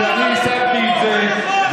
אני השגתי את זה,